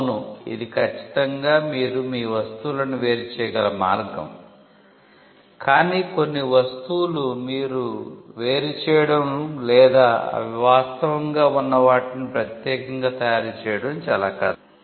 అవును ఇది ఖచ్చితంగా మీరు మీ వస్తువులను వేరు చేయగల మార్గం కానీ కొన్ని వస్తువులు మీరు వేరుచేయడం లేదా అవి వాస్తవంగా ఉన్న వాటి నుండి ప్రత్యేకంగా తయారు చేయడం చాలా కష్టం